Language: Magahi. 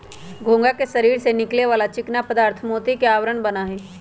घोंघा के शरीर से निकले वाला चिकना पदार्थ मोती के आवरण बना हई